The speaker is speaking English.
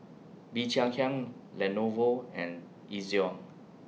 Bee Cheng Hiang Lenovo and Ezion